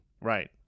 Right